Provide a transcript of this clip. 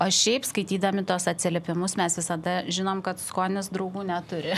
o šiaip skaitydami tuos atsiliepimus mes visada žinom kad skonis draugų neturi